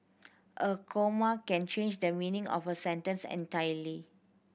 a comma can change the meaning of a sentence entirely